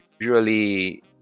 usually